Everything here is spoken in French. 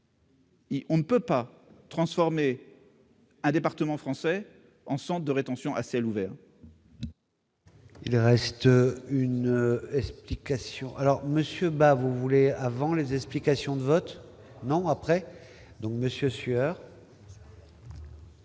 !On ne peut pas transformer un département français en centre de rétention à ciel ouvert.